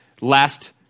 last